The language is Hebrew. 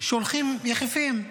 שהולכים יחפים.